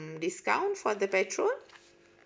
discount for the petrol